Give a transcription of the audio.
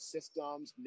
Systems